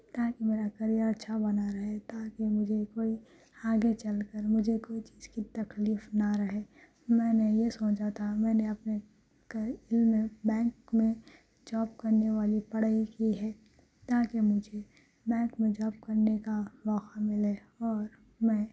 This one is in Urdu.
تاکہ میرا کیریئر اچھا بنا رہے تاکہ مجھے کوئی آگے چل کر مجھے کوئی چیز کی تکلیف نہ رہے میں نے یہ سوچا تھا میں نے اپنے کَے علم میں بینک میں جاب کرنے والی پڑھائی کی ہے تاکہ مجھے بینک میں جاب کرنے کا موقع ملے اور میں